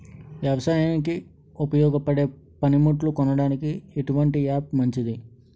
వ్యవసాయానికి ఉపయోగపడే పనిముట్లు కొనడానికి ఎటువంటి యాప్ మంచిది?